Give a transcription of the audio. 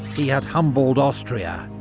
he had humbled austria,